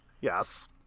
Yes